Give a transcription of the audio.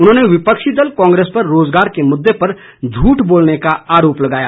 उन्होंने विपक्षी दल कांग्रेस पर रोज़गार के मुददे पर झूठ बोलने का आरोप लगाया